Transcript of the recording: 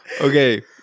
okay